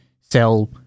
sell